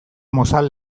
mozal